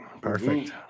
Perfect